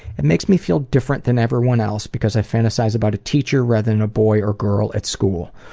it makes me feel different than everyone else because i fantasise about a teacher rather than a boy or girl at school.